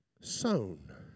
sown